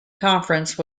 conference